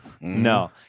No